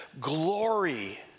glory